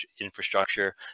infrastructure